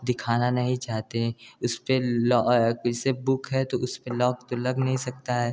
दिखाना नहीं चाहते उसपे लॉक जैसे बुक है तो उसपे लॉक तो लग नहीं सकता है